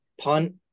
Punt